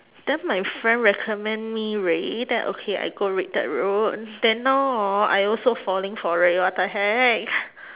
then my friend recommend me ray then okay I go ray that route then now hor I also falling for ray what the heck